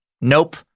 Nope